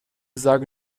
sage